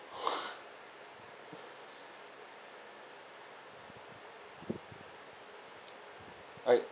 I